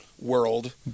world